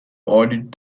audit